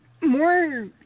more